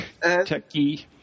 techie